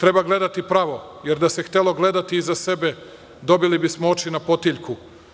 Treba gledati pravo, jer da se htelo gledati iza sebe, dobili bismo oči na potiljku.